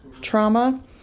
trauma